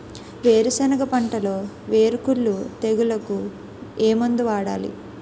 వేరుసెనగ పంటలో వేరుకుళ్ళు తెగులుకు ఏ మందు వాడాలి?